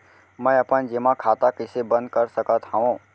मै अपन जेमा खाता कइसे बन्द कर सकत हओं?